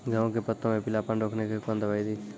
गेहूँ के पत्तों मे पीलापन रोकने के कौन दवाई दी?